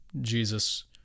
Jesus